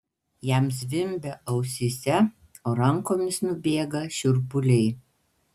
jam zvimbia ausyse o rankomis nubėga šiurpuliai